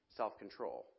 self-control